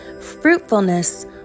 fruitfulness